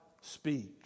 speak